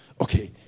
Okay